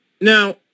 Now